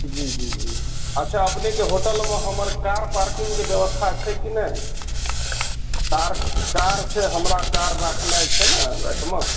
जी जी जी अच्छा अपनेके होटलमे हमर कार पार्किंगके व्यवस्था छै कि नहि कार छै हमरा कार राखनाइ छै ने राइतमे